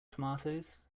tomatoes